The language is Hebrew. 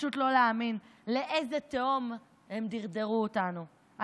פשוט לא להאמין לאיזה תהום הם דרדרו אותנו,